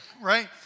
right